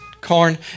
corn